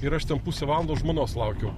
ir aš ten pusę valandos žmonos laukiau